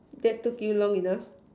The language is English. that took you long enough